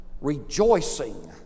rejoicing